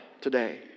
today